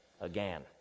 again